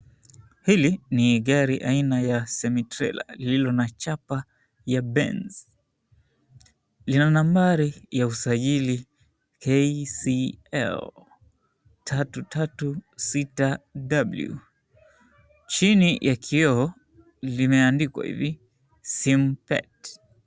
Hili ni aina ya gari la Semi-trela lililo na chapa ya Benz, lina nambari ya usajili KCL 336W, chini ya kioo limeandikwa hivi, Simpet.